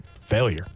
Failure